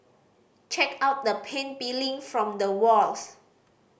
check out the paint peeling from the walls